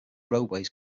roadways